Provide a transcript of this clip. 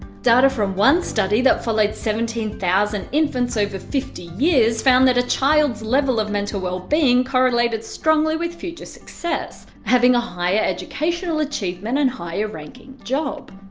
data from one study that followed seventeen thousand infants over fifty years found that a child's level of mental well-being correlated strongly with future success having a higher educational achievement and a higher ranking job.